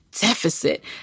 deficit